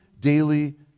Daily